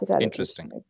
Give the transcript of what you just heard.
interesting